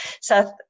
Seth